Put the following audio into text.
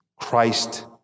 Christ